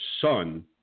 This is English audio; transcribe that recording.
son